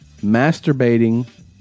masturbating